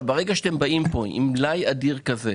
ברגע שאתם באים לפה עם מלאי אדיר כזה,